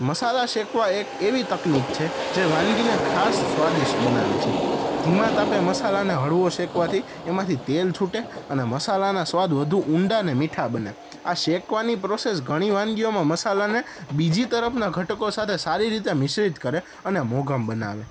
મસાલા શેકવા એક એવી તકનિક છે જે વાનગીને ખાસ સ્વાદિષ્ટ બનાવે છે ધીમા તાપે મસાલાને હળવો શેકવાથી એમાંથી તેલ છૂટે અને મસાલાના સ્વાદ વધુ ઊંડા અને મીઠા બને આ શેકવાની પ્રોસેસ ઘણી વાનગીઓમાં મસાલાને બીજી તરફના ઘટકો સાથે સારી રીતે મિશ્રિત કરે અને મોગમ બનાવે